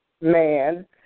man